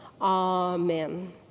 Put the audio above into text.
Amen